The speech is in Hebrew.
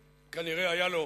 כנראה היה לו,